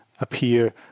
appear